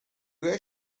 guys